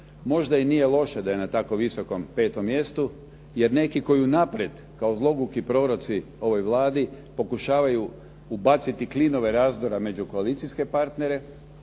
Možda i nije loše da je na tako visokom 5. mjestu, jer neki koji unaprijed kao zloguki proroci ovoj Vladi pokušavaju ubaciti klinove razdora među koalicijske partnere.